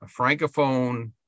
Francophone